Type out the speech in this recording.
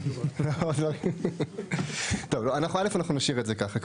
טוב, אנחנו, א', אנחנו נשאיר את זה ככה.